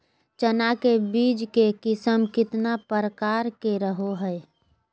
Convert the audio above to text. चना के बीज के किस्म कितना प्रकार के रहो हय?